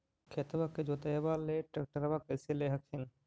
खेतबा के जोतयबा ले ट्रैक्टरबा कैसे ले हखिन?